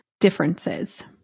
differences